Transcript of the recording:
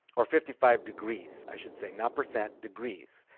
or fifty five degrees. i should say not percent degrees.